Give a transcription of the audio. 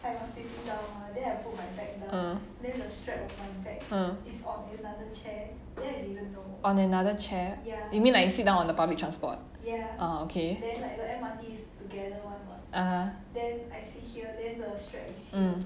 mm mm on another chair you mean like sit down on the public transport oh okay (uh huh) mm